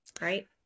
right